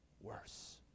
worse